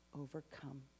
overcome